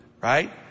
Right